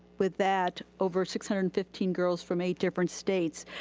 with that, over six hundred and fifteen girls from eight different states,